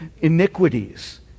iniquities